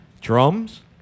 Drums